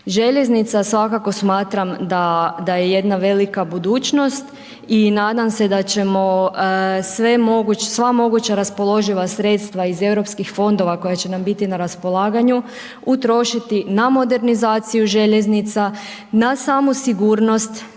Željeznica svakako smatram da, da je jedna velika budućnost i nadam se da ćemo sva moguća raspoloživa sredstva iz Europskih fondova koja će nam biti na raspolaganju utrošiti na modernizaciju željeznica, na samu sigurnost